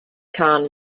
khan